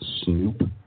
snoop